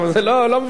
אנחנו נעשה את,